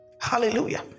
hallelujah